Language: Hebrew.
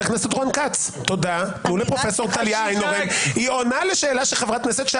היא עונה לשאלה של חברת הכנסת.